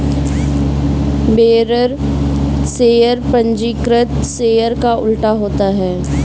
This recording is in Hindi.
बेयरर शेयर पंजीकृत शेयर का उल्टा होता है